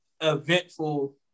eventful